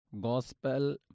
Gospel